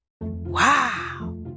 Wow